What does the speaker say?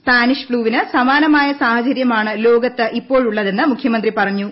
Spanish ഫ്ളൂവിന് സമാനമായ സാഹചര്യമാണ് ലോകത്ത് ഇപ്പോഴുള്ളതെന്ന് മുഖ്യമന്ത്രി പറഞ്ഞു